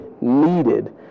needed